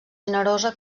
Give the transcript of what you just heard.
generosa